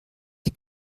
die